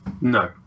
no